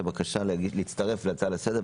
הגישה בקשה להצטרף להצעה לסדר.